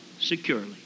securely